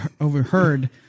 overheard